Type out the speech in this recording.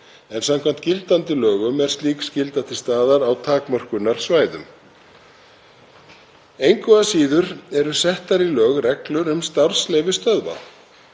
en samkvæmt gildandi lögum er slík skylda til staðar á takmörkunarsvæðum. Engu að síður eru settar í lög reglur um starfsleyfi stöðva